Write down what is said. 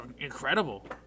incredible